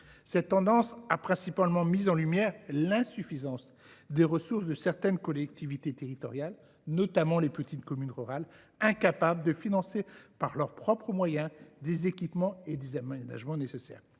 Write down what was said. Cette tendance a principalement mis en lumière l’insuffisance des ressources de certaines collectivités territoriales, notamment des petites communes rurales, incapables de financer par leurs propres moyens les équipements et aménagements nécessaires.